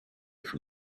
from